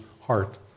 heart